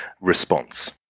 response